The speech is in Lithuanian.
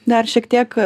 dar šiek tiek